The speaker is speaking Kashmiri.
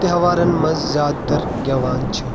تہوارَن منٛز زیادٕ تر گیٚوان چھِ